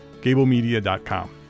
Gablemedia.com